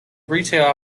retail